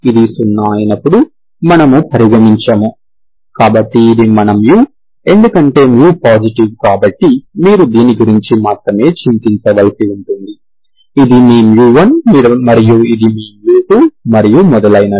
ఇది 0 అయినప్పుడు మనము పరిగణించము కాబట్టి ఇది మన μ ఎందుకంటే μ పాజిటివ్ కాబట్టి మీరు దీని గురించి మాత్రమే చింతించవలసి ఉంటుంది ఇది మీ μ1 ఇది మీ μ2 మరియు మొదలైనవి